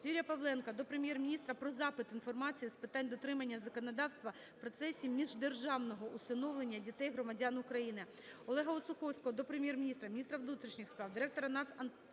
Юрія Павленка до Прем'єр-міністра про запит інформації з питань дотримання законодавства в процесі міждержавного усиновлення дітей-громадян України.